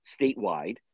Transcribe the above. statewide